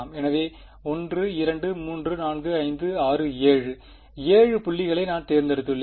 எனவே 1 2 3 4 5 6 7 7 புள்ளிகள் நான் தேர்ந்தெடுத்துள்ளேன்